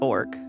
Org